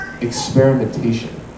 experimentation